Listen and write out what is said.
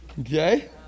Okay